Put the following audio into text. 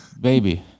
baby